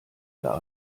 ihr